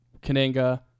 Kananga